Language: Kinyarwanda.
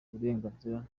burenganzira